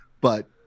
but-